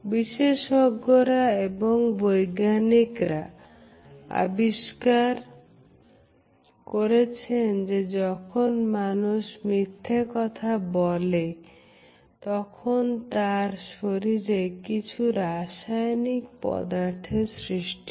বিশেষজ্ঞরা এবং বৈজ্ঞানিকরা আবিষ্কার করেছেন যে যখন মানুষ মিথ্যা কথা বলে তখন তার শরীরে কিছু রাসায়নিক পদার্থের সৃষ্টি হয়